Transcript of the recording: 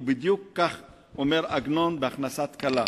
ובדיוק כך אומר עגנון ב"הכנסת כלה":